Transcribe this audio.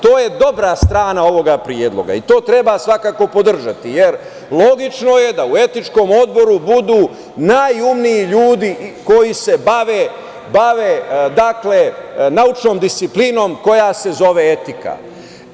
To je dobra strana ovog predloga i to treba svakako podržati jer logično je da u etičkom odboru budu najumniji ljudi koji se bave naučnom disciplinom koja se zove etika.